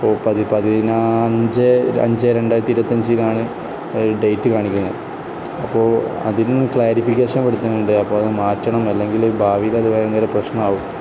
അപ്പം പതിനാഞ്ച് അഞ്ച് രണ്ടായിരത്തി ഇരുപത്തി അഞ്ചിലാണ് ഡേറ്റ് കാണിക്കുന്നത് അപ്പോൾ അതിന് ക്ലാരിഫിക്കേഷൻ പെടുത്തുന്നുണ്ട് അപ്പം അത് മാറ്റണം അല്ലെങ്കിൽ ഭാവിയിൽ അത് ഭയങ്കര പ്രശ്നമാവും